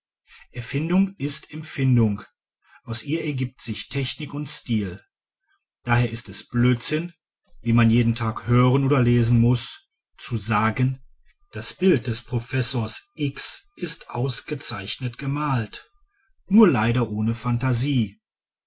erfindung ist empfindung aus ihr ergibt sich technik und stil daher ist es blödsinn was man jeden tag hören oder lesen muß zu sagen das bild des professors x ist ausgezeichnet gemalt nur leider ohne phantasie